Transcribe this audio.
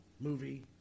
movie